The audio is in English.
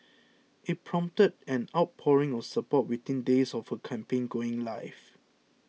it prompted an outpouring of support within days of her campaign going live